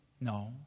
No